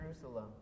Jerusalem